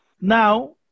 Now